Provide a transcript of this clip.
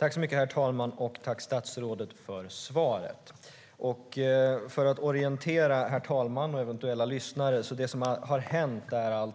Herr talman! Tack, statsrådet, för svaret! För att orientera herr talmannen och eventuella lyssnare är har